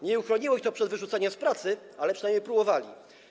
Nie uchroniło ich to przed wyrzuceniem z pracy, ale przynajmniej próbowali.